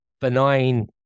Benign